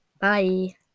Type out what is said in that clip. Bye